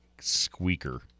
squeaker